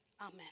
Amen